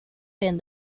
been